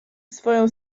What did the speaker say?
swoją